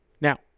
Now